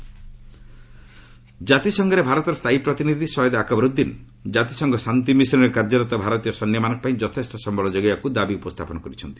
UN India ଜାତିସଂଘରେ ଭାରତର ସ୍ଥାୟୀ ପ୍ରତିନିଧି ସଏଦ୍ ଆକବର ଉଦ୍ଦିନ୍ ଜାତିସଂଘ ଶାନ୍ତି ମିଶନ୍ରେ କାର୍ଯ୍ୟରତ ଭାରତୀୟ ସୈନ୍ୟମାନଙ୍କ ପାଇଁ ଯଥେଷ୍ଟ ସମ୍ଭଳ ଯୋଗାଇବାକୁ ଦାବି ଉପସ୍ଥାପନ କରିଛନ୍ତି